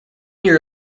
year